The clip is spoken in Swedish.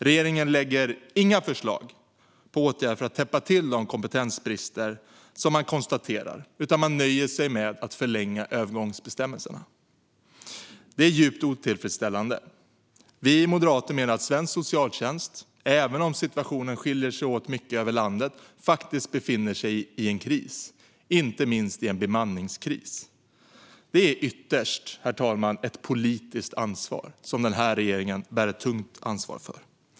Regeringen lägger inte fram några förslag på åtgärder för att täppa till de kompetensbrister som man konstaterar utan nöjer sig med att förlänga övergångsbestämmelserna. Det är djupt otillfredsställande. Vi moderater menar att svensk socialtjänst - även om situationen skiljer sig åt mycket över landet - faktiskt befinner sig i en kris, inte minst i en bemanningskris. Det är ytterst ett politiskt ansvar, herr talman, som ligger tungt på denna regering.